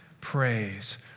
praise